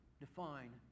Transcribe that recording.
define